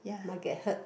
might get hurt